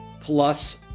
plus